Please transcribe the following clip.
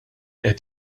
qed